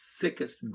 thickest